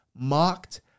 mocked